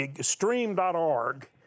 stream.org